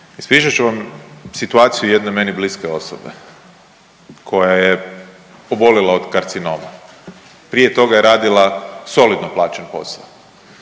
Ispričat ću vam situaciju jedne meni bliske osobe koja je obolila od karcinoma, prije toga je radila solidno plaćen posao.